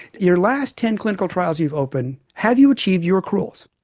your last ten clinical trials you've opened, have you achieved your accruals?